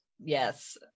Yes